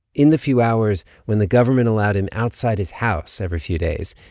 in the few hours when the government allowed him outside his house every few days,